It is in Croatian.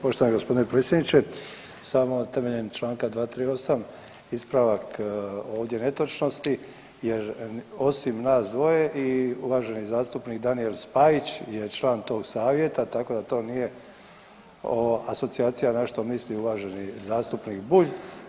Poštovani gospodine predsjedniče, samo temeljem članka 238. ispravak ovdje netočnosti jer osim nas dvoje i uvaženi zastupnik Danijel Spajić je član tog savjeta, tako da to nije asocijacija na što misli uvaženi zastupnik Bulj.